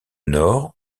nord